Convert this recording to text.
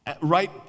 Right